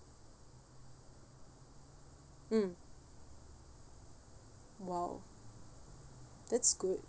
mm !wow! that's good